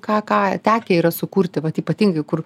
ką ką tekę yra sukurti vat ypatingai kur